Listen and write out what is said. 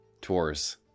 Tours